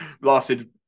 lasted